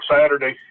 Saturday